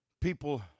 people